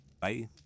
Bye